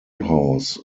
house